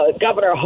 Governor